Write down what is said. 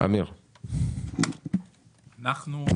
אמיר, מה אתה אומר?